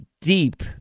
deep